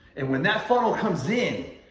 and when that funnel comes in,